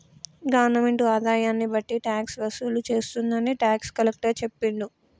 government ఆదాయాన్ని బట్టి tax వసూలు చేస్తుందని టాక్స్ కలెక్టర్ చెప్పిండు